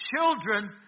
children